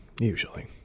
Usually